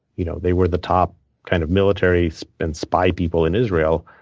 you know they were the top kind of military and spy people in israel.